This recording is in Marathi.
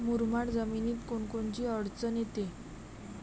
मुरमाड जमीनीत कोनकोनची अडचन येते?